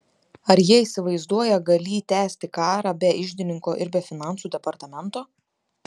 ar jie įsivaizduoją galį tęsti karą be iždininko ir be finansų departamento